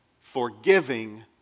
forgiving